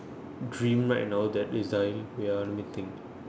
dream right now that is dying wait ah let me think